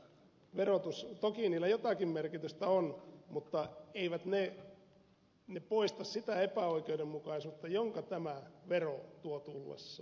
toki niillä jotakin merkitystä on mutta eivät ne poista sitä epäoikeudenmukaisuutta jonka tämä vero tuo tullessaan